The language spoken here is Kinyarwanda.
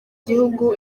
gihugu